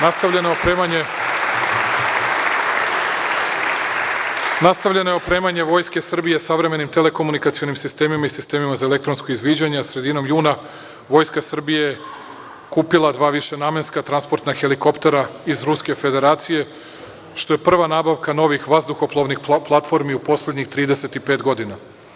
Nastavljeno je opremanje Vojske Srbije savremenim telekomunikacionim sistemima i sistemima za elektronsko izviđanje, a sredinom juna Vojska Srbije kupila je dva višenamenska transportna helikoptera iz Ruske Federacije, što je prva nabavka novih vazduhoplovnih platformi u poslednjih 35 godina.